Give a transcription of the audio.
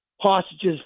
hostages